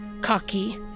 cocky